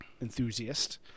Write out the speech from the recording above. enthusiast